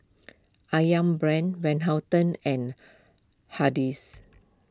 Ayam Brand Van Houten and Hardy's